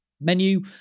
menu